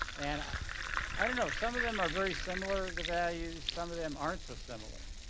and i don't know some of them are very similar of the values, some of them aren't so similar.